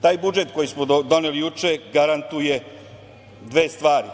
Taj budžet koji smo doneli juče garantuje dve stvari.